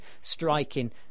striking